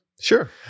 sure